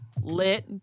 Lit